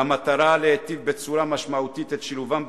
והמטרה להיטיב בצורה משמעותית את שילובם בחברה,